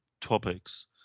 topics